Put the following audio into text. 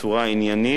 בצורה עניינית,